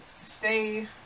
stay